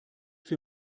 für